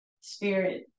spirit